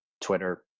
twitter